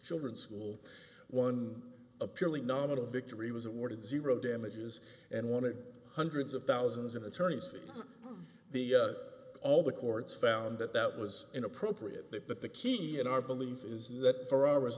children school one a purely nominal victory was awarded zero damages and wanted hundreds of thousands in attorney's fees the all the courts found that that was inappropriate they put the key in our belief is that four hours